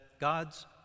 God's